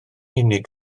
unig